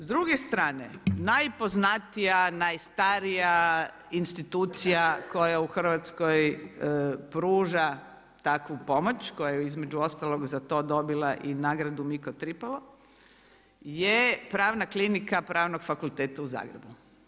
S druge strane, najpoznatija, najstarija institucija koja u Hrvatskoj pruža takvu pomoć, koja je između ostalog za to dobila i nagradu Micro Tripalo je pravna klinika Pravnog fakulteta u Zagrebu.